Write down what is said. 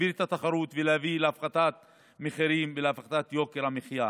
להגביר את התחרות ולהביא להפחתת מחירים ולהפחתת יוקר המחייה.